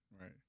Right